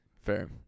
Fair